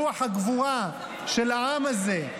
רוח הגבורה של העם הזה,